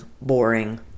boring